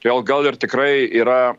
todėl gal ir tikrai yra